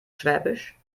schwäbisch